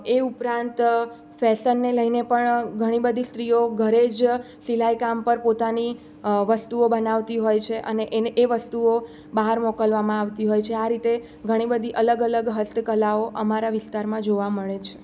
એ ઉપરાંત ફેશનને લઇને પણ ઘણી બધી સ્ત્રીઓ ઘરે જ સિલાઈ કામ પર પોતાની વસ્તુઓ બનાવતી હોય છે અને એ વસ્તુઓ બહાર મોકલવામાં આવતી હોય છે આ રીતે ઘણી બધી અલગ અલગ હસ્તકલાઓ અમારા વિસ્તારમાં જોવા મળે છે